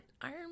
Iron